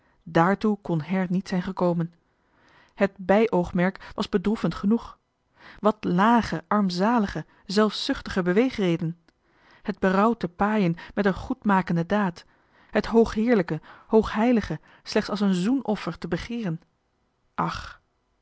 dààrtoe kon her niet zijn gekomen het bij oogmerk was bedroevend genoeg wat lage armzalige zelfzuchtige beweegreden het berouw te paaien met een goedmakende daad het hoogheerlijke hoogheilige slechts als een zoenoffer te begeeren ach